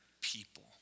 people